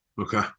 Okay